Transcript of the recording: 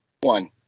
one